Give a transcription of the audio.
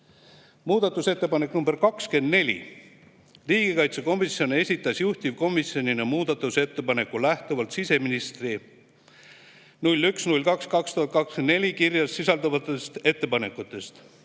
Muudatusettepanek nr 24: riigikaitsekomisjon esitas juhtivkomisjonina muudatusettepaneku lähtuvalt siseministri 01.02.2024 kirjas sisalduvatest ettepanekutest.